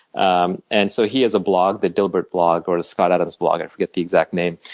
um and so he has a blog, the dilbert blog or the scott adams blog, i forget the exact name.